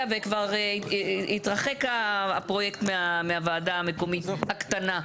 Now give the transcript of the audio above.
וכבר התרחק הפרויקט מהוועדה המקומית הקטנה.